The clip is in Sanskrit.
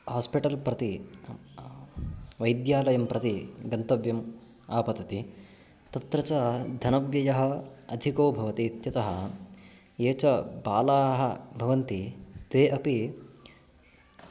हास्पिटल् प्रति वैद्यालयं प्रति गन्तव्यम् आपतति तत्र च धनव्ययः अधिको भवति इत्यतः ये च बालाः भवन्ति ते अपि